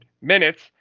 minutes